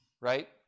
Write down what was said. right